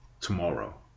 tomorrow